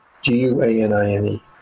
G-U-A-N-I-N-E